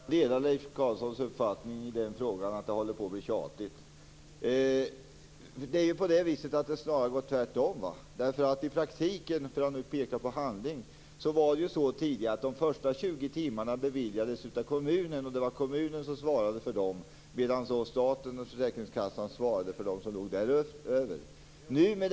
Herr talman! Jag delar Leif Carlsons uppfattning att detta håller på att bli tjatigt. Det är ju snarare så att det har blivit tvärtom. I praktiken var det så tidigare att de första 20 timmarna beviljades av kommunen. Det var kommunen som svarade för dem, medan staten och försäkringskassan svarade för de timmar som låg däröver.